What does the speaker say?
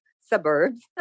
suburbs